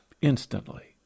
instantly